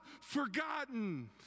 forgotten